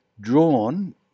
drawn